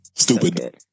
Stupid